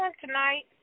tonight